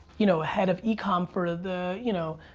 you know, head of e-com for the, you know,